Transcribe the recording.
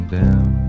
down